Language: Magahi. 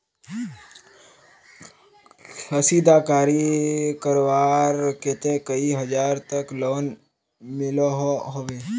कशीदाकारी करवार केते कई हजार तक लोन मिलोहो होबे?